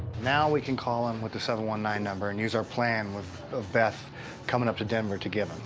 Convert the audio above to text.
now we can call him with the seven one nine number and use our plan with beth coming up to denver to get him.